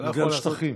בגלל השטחים.